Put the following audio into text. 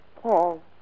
Paul